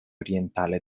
orientale